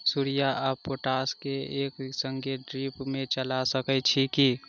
Urea आ potash केँ एक संगे ड्रिप मे चला सकैत छी की?